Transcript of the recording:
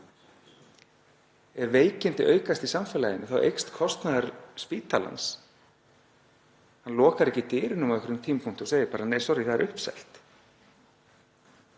Ef veikindi aukast í samfélaginu þá eykst kostnaður spítalans. Hann lokar ekki dyrunum á einhverjum tímapunkti og segir bara: Nei, sorrí, það er uppselt.